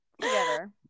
together